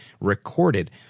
recorded